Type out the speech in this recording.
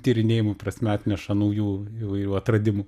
tyrinėjimų prasme atneša naujų įvairių atradimų